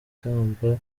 ikamba